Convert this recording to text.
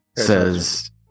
Says